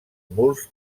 murs